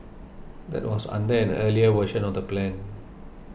that was under an earlier version of the plan